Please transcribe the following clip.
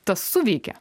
tas suveikia